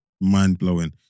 mind-blowing